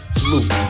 salute